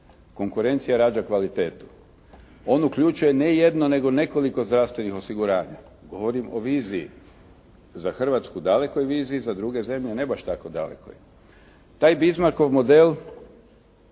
Konkurencija rađa kvalitetu. On uključuje ne jedno, nego nekoliko zdravstvenih osiguranja. Govorim o viziji, za Hrvatsku dalekoj viziji, za druge zemlje ne baš tako dalekoj. Taj Bismarckov model